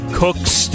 cooks